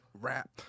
rap